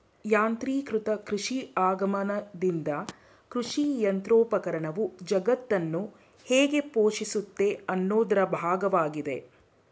ಯಾಂತ್ರೀಕೃತ ಕೃಷಿ ಆಗಮನ್ದಿಂದ ಕೃಷಿಯಂತ್ರೋಪಕರಣವು ಜಗತ್ತನ್ನು ಹೇಗೆ ಪೋಷಿಸುತ್ತೆ ಅನ್ನೋದ್ರ ಭಾಗ್ವಾಗಿದೆ